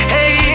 Hey